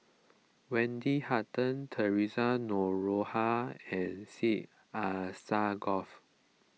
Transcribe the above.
Wendy Hutton theresa Noronha and Syed Alsagoff